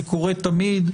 זה קורה תמיד.